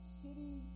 city